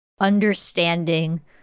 understanding